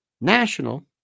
national